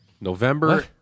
November